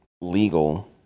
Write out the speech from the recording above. legal